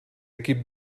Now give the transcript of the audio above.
equip